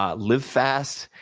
ah live fast,